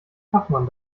fachmann